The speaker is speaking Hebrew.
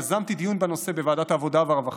יזמתי דיון בוועדת העבודה והרווחה,